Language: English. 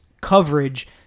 coverage